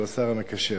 שהוא השר המקשר.